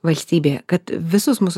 valstybėje kad visus mūsų